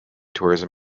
tourism